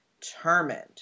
determined